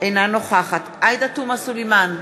אינה נוכחת עאידה תומא סלימאן,